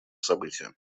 события